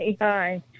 Hi